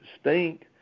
stink